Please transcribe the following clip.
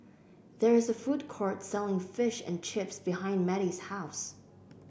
there is a food court selling Fish and Chips behind Mettie's house